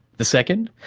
the second,